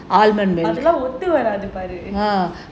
அதெல்லாம் ஒத்து வராது பாரு:athellaam othu varaathu paaru